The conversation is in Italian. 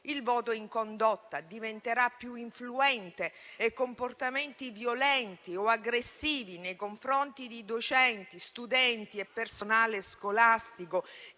il voto in condotta diventerà più influente e comportamenti violenti o aggressivi nei confronti di docenti, studenti e personale scolastico, che